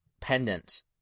pendant